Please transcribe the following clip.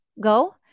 go